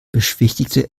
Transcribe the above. beschwichtigte